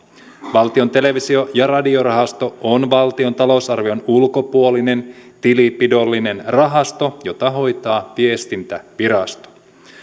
valtion televisio ja radiorahasto on valtion talousarvion ulkopuolinen tilinpidollinen rahasto jota hoitaa viestintävirasto